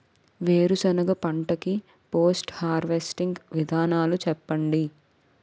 వేరుసెనగ పంట కి పోస్ట్ హార్వెస్టింగ్ విధానాలు చెప్పండీ?